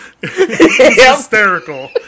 Hysterical